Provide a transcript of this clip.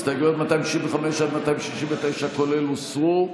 הסתייגויות 265 עד 269, כולל, הוסרו.